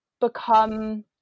become